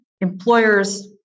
employer's